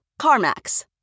CarMax